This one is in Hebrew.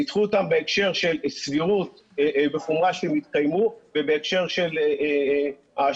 ניתחו אותם בהקשר של סבירות וחומרה שהם יתקיימו ובהקשר של ההשפעה.